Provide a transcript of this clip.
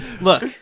Look